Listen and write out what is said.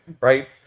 right